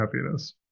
happiness